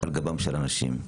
על גבם של אנשים.